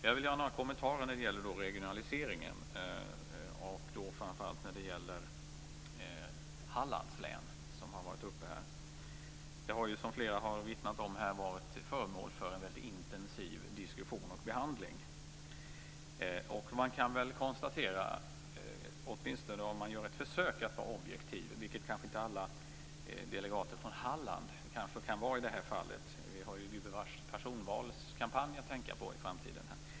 Jag vill ge några kommentarer vad gäller regionaliseringen, framfört allt i fråga om Hallands län, som också har tagits upp tidigare i debatten. Hallands län har, som flera talare har vittnat om, varit föremål för en väldigt intensiv diskussion och behandling. Det kan vara svårt att vara objektiv i den här frågan, i synnerhet för delegater från Halland - vi har ju gubevars personvalskampanjer att tänka på i framtiden.